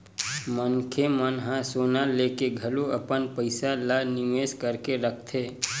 मनखे मन ह सोना लेके घलो अपन पइसा ल निवेस करके रखथे